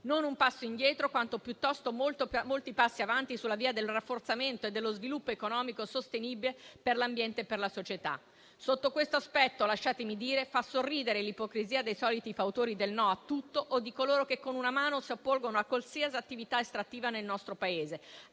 Non un passo indietro, quanto piuttosto molti passi avanti sulla via del rafforzamento e dello sviluppo economico sostenibile per l'ambiente e per la società. Sotto questo aspetto, lasciatemi dire, fa sorridere l'ipocrisia dei soliti fautori del no a tutto o di coloro che, con una mano, si oppongono a qualsiasi attività estrattiva nel nostro Paese,